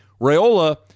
Rayola